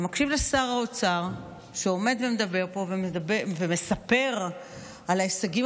אתה מקשיב לשר האוצר שעומד ומדבר פה ומספר על ההישגים